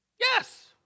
Yes